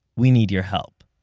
we need your help.